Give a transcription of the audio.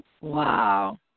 Wow